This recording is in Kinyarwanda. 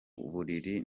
buriri